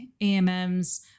AMMs